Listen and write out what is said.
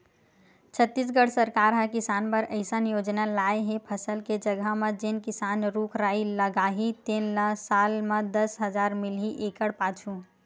छत्तीसगढ़ सरकार ह किसान बर अइसन योजना लाए हे फसल के जघा म जेन किसान रूख राई लगाही तेन ल साल म दस हजार मिलही एकड़ पाछू